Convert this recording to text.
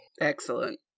Excellent